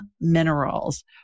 Minerals